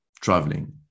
traveling